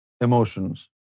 emotions